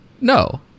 No